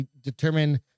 determine